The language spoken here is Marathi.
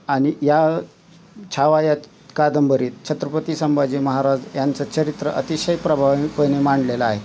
आणि या छावा यात कादंबरीत छत्रपती संभाजी महाराज यांचं चरित्र अतिशय प्रभावीपणे मांडलेलं आहे